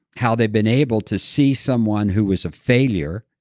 how they've been able to see someone who is a failure,